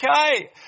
okay